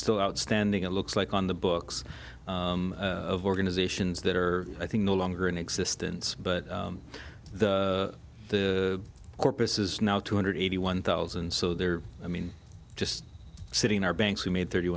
still outstanding it looks like on the books of organizations that are i think no longer in existence but the corpus is now two hundred eighty one thousand so there i mean just sitting in our banks we made thirty